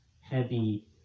heavy